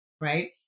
right